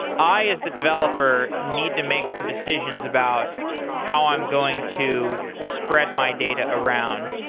i, as the developer, need to make some decisions about how i'm going to spread my data around.